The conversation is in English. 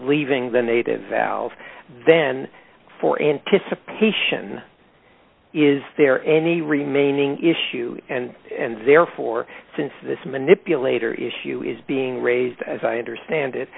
leaving the native valve then for anticipation is there any remaining issue and and therefore since this manipulator issue is being raised as i understand it